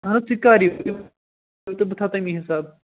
اَہَن حظ تُہۍ کَر یِیِو تہٕ بہٕ تھاوٕ تَمی حِساب